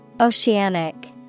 Oceanic